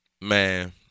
Man